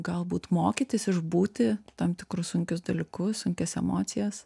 galbūt mokytis išbūti tam tikrus sunkius dalykus sunkias emocijas